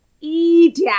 idiot